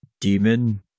demon